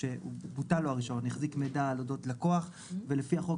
שבוטל לו הרישיון החזיק מידע על אודות לקוח ולפי החוק